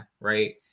right